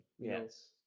Yes